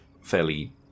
fairly